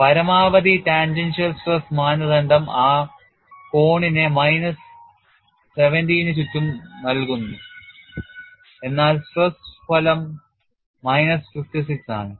പരമാവധി tangential stress മാനദണ്ഡം ആ കോണിനെ മൈനസ് 70 ന് ചുറ്റും നൽകുന്നു എന്നാൽ സ്ട്രെസ് ഫലം മൈനസ് 56 ആണ്